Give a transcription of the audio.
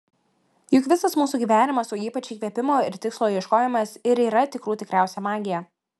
juk visas mūsų gyvenimas o ypač įkvėpimo ir tikslo ieškojimas ir yra tikrų tikriausia magija